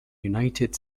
united